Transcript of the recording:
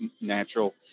natural